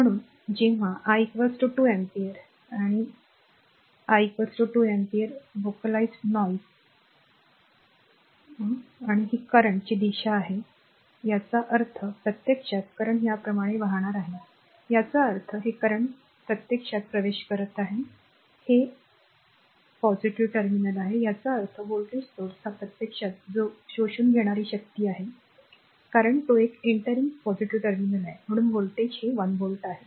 म्हणून जेव्हा I 2 ampere तर I 2 ampere 2 ampere vocalized noise आणि ही current ची दिशा आहे याचा अर्थ प्रत्यक्षात current याप्रमाणे वाहणारा आहे याचा अर्थ हे current प्रत्यक्षात प्रवेश करत आहे हे per r टर्मिनल याचा अर्थ voltage source हा प्रत्यक्षात तो शोषून घेणारी शक्ती आहे कारण तो एक एंटरिंग पॉझिटिव्ह टर्मिनल आहे परंतु व्होल्टेज 1 व्होल्ट आहे